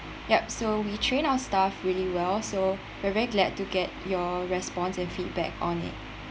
ya so we train our staff really well so we're very glad to get your response and feedback on it